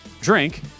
Drink